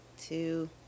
two